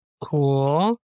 Cool